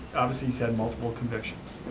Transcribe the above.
obviously he's had multiple convictions,